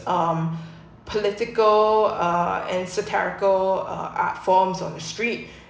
um political uh and satirical uh art forms on the street